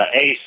Ace